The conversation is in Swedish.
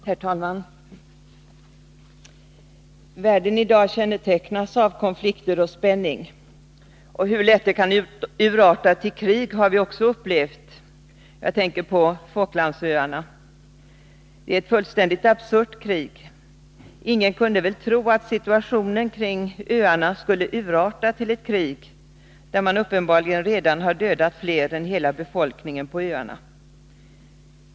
Herr talman! Världen i dag kännetecknas av konflikter och spänning. Hur lätt det kan urarta till krig har vi också upplevt. Jag tänker på Falklandsöarna, där det utspelas ett fullständigt absurt krig. Ingen kunde väl tro att situationen kring öarna skulle urarta till ett krig där, med uppenbarligen redan fler dödsoffer än hela befolkningen på öarna.